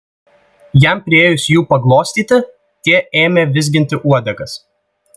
jam priėjus jų paglostyti tie ėmė vizginti uodegas